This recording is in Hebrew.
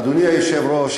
אדוני היושב-ראש,